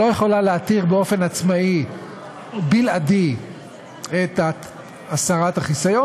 לא יכולה להתיר באופן עצמאי בלעדי את הסרת החיסיון,